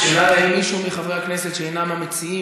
יש מישהו מחברי הכנסת שאינם המציעים